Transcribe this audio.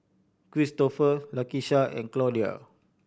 Kristoffer Lakesha and Claudia